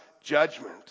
judgment